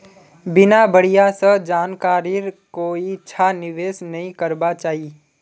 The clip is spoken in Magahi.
बिना बढ़िया स जानकारीर कोइछा निवेश नइ करबा चाई